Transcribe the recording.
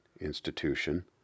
institution